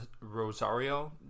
Rosario